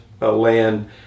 land